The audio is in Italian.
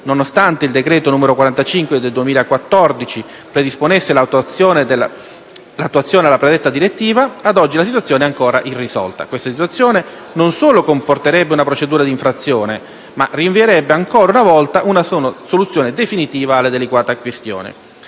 Nonostante il decreto legislativo n. 45 del 2014 predisponesse l'attuazione alla predetta direttiva, ad oggi la situazione è ancora irrisolta. Questa situazione non solo comporterebbe una procedura di infrazione, ma rinvierebbe ancora una volta una soluzione definitiva alla delicata questione.